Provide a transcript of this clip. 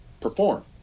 perform